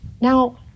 Now